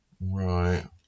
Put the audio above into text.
Right